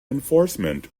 enforcement